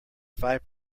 five